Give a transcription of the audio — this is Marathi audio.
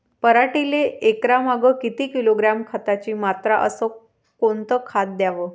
पराटीले एकरामागं किती किलोग्रॅम खताची मात्रा अस कोतं खात द्याव?